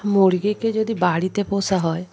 মুরগিকে যদি বাড়িতে পোষা হয়